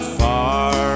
far